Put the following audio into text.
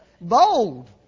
Bold